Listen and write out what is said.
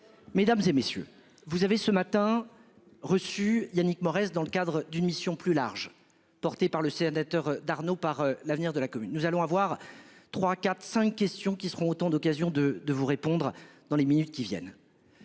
Mesdames et messieurs, vous avez ce matin. Reçu Yannick Morez dans le cadre d'une mission plus large portée par le sénateur d'Arnaud par l'avenir de la commune. Nous allons avoir trois, quatre, cinq questions qui seront autant d'occasions de de vous répondre dans les minutes qui viennent.